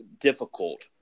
difficult